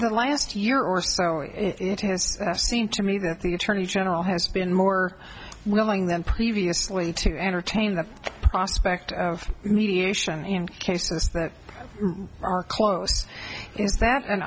the last year or so it seemed to me that the attorney general has been more willing than previously to entertain the prospect of mediation in cases that are close